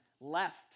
left